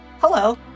hello